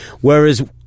whereas